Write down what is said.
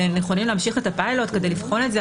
ונכונים להמשיך את הפיילוט כדי לבחון את זה,